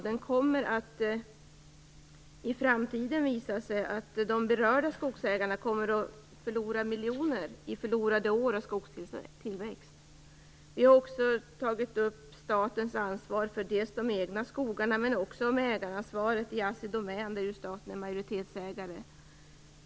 Det kommer i framtiden att visa sig att de berörda skogsägarna förlorar miljoner, på grund av förlorade år och förlorad skogstillväxt. Vi har också tagit upp dels statens ansvar för de egna skogarna, dels ägaransvaret i Assidomän, där staten är majoritetsägare.